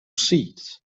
seats